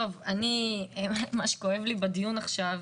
מה שכואב לי בדיון עכשיו,